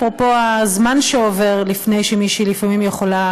אפרופו הזמן שעובר לפני שמישהי לפעמים יכולה